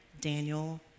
Daniel